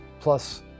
plus